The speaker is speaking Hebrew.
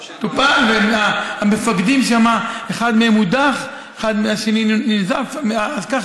טופל, והמפקדים שם, אחד מהם הודח, השני ננזף, כך